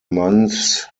months